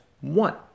one